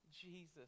Jesus